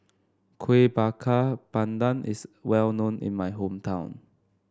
Kuih Bakar Pandan is well known in my hometown